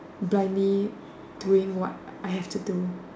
blindly doing what I have to do